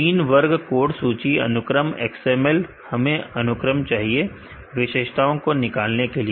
3 वर्ग कोड सूची अनुक्रम XML हमें अनुक्रम चाहिए विशेषताओं को निकालने के लिए